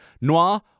noir